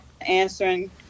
answering